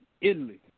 Italy